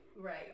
Right